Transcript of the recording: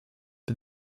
but